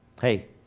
Hey